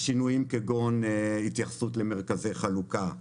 אני מדבר על שינויים כגון התייחסות למרכזי חלוקה,